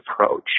approach